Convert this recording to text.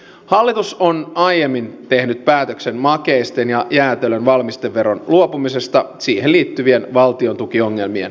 hallitus on aiemmin tehnyt päätöksen makeisten ja jäätelön valmisteverosta luopumisesta siihen liittyvien valtiontukiongelmien vuoksi